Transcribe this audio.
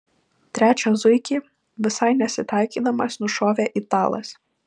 trečią zuikį visai nesitaikydamas nušovė italas